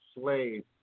slave